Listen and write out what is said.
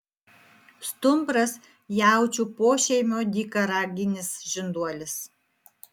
stumbras jaučių pošeimio dykaraginis žinduolis